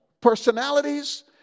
personalities